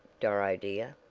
doro dear,